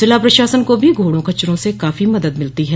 जिला प्रशासन को भी घोड़े खच्चरों से काफी मदद मिलती है